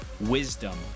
wisdom